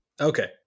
Okay